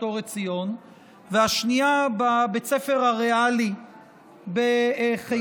אור עציון והשנייה בבית הספר הריאלי בחיפה.